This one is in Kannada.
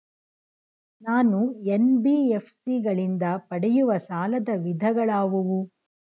ನಾನು ಎನ್.ಬಿ.ಎಫ್.ಸಿ ಗಳಿಂದ ಪಡೆಯುವ ಸಾಲದ ವಿಧಗಳಾವುವು?